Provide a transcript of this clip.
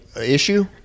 issue